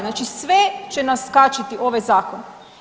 Znači sve će nas kačiti ovaj zakon.